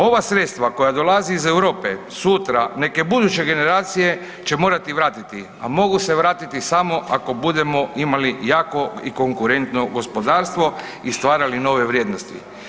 Ova sredstva koja dolaze iz Europe sutra neke buduće generacije će morati vratiti a mogu se vratiti samo ako budemo imali jako i konkurentno gospodarstvo i stvarali nove vrijednosti.